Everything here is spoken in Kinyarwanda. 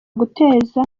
guteza